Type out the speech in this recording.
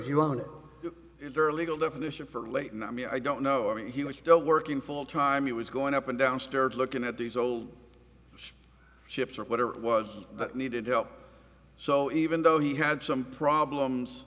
is there a legal definition for late and i mean i don't know i mean he was still working full time he was going up and down stairs looking at these old ships or whatever it was but needed help so even though he had some problems